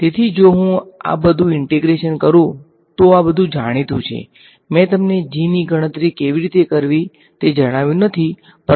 તેથી જો હું આ બધું ઈંટેગ્રેશન કરું તો આ બધુ જાણીતુ છે મેં તમને g ની ગણતરી કેવી રીતે કરવી તે જણાવ્યું નથી પરંતુ અમે તે મેળવીશું